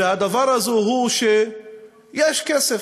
והדבר הזה הוא שיש כסף,